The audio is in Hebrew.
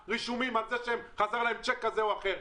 רישומים על זה שחזר להם צ'ק כזה או אחר.